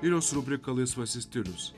ir jos rubrika laisvasis stilius